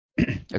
Okay